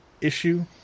issue